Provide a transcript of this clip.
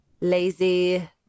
lazy